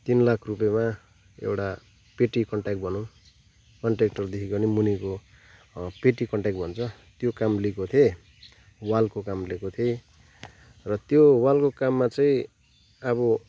तिन लाख रुपियाँमा एउटा पेटी कन्ट्ऱ्याक्ट भनौ कन्ट्ऱ्याक्टरदेखिको पनि मुनिको पेटी कन्ट्ऱ्याक्ट भन्छ त्यो काम लिएको थिएँ वालको काम लिएको थिएँ र त्यो वालको काममा चाहिँ अब